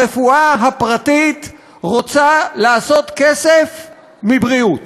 הרפואה הפרטית רוצה לעשות כסף מבריאות,